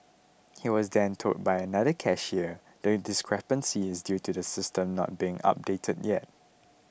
he was then told by another cashier the discrepancy is due to the system not being updated yet